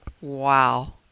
Wow